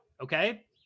okay